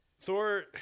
Thor